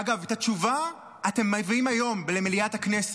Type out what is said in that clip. אגב, את התשובה אתם מביאים היום למליאת הכנסת.